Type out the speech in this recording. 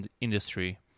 industry